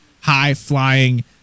high-flying